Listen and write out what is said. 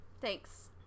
Thanks